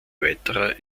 weiterer